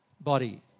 body